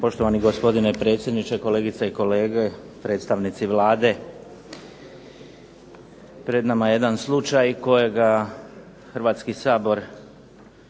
Poštovani gospodine predsjedniče, kolegice i kolege, predstavnici Vlade. Pred nama je jedan slučaj kojega Hrvatski sabor